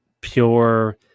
pure